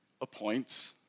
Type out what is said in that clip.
Appoints